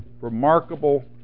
remarkable